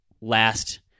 last